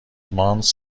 مانتس